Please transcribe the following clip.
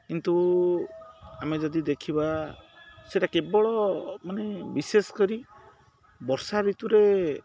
କିନ୍ତୁ ଆମେ ଯଦି ଦେଖିବା ସେଇଟା କେବଳ ମାନେ ବିଶେଷ କରି ବର୍ଷା ଋତୁରେ